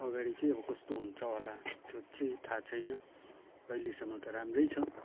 अगाडि चाहिँ अब कस्तो हुन्छ होला त्यो चाहिँ थाहा छैन अहिलेसम्म त राम्रै छ